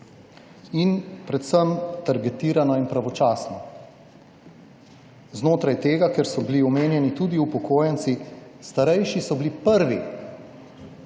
in predvsem targetirano in pravočasno, znotraj tega, ker so bili omenjeni tudi upokojenci; starejši so bili prvi,